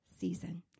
season